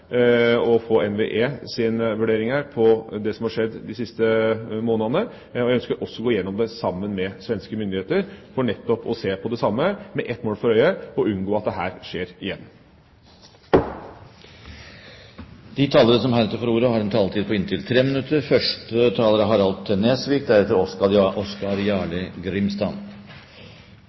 som har skjedd de siste månedene. Jeg ønsker også å gå igjennom det sammen med svenske myndigheter for nettopp å se på det samme, med ett mål for øye, nemlig å unngå at dette skjer igjen. Replikkordskiftet er omme. De talere som heretter får ordet, har en taletid på inntil 3 minutter.